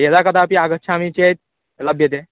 यदा कदापि आगच्छामि चेत् लभ्यते